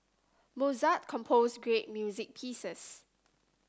Mozart composed great music pieces